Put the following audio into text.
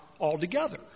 altogether